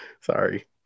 Sorry